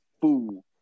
food